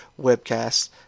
webcast